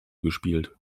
gespielt